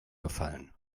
gefallen